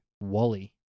Wally